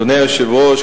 אדוני היושב-ראש,